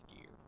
gear